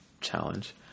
challenge